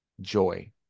joy